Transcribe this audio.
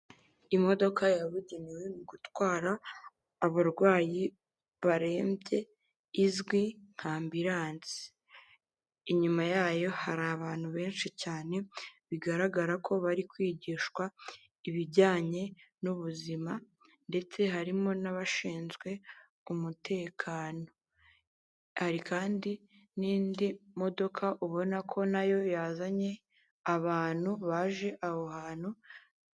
Imodoka yabugenewe gutwara abarwayi barerembye izwi nka ambiranse, inyuma yayo hari abantu benshi cyane bigaragara ko bari kwigishwa ibijyanye n'ubuzima ndetse harimo n'abashinzwe umutekano ari kandi n'indi modoka ubona ko nayo yazanye abantu baje aho hantu.